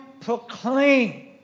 proclaim